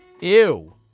Ew